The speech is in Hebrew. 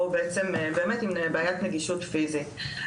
או בעצם באמת עם בעיית נגישות פיזית.